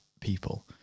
people